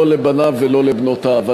לא לבניו ולא לבנותיו.